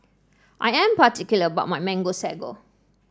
I am particular about my Mango Sago